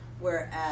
Whereas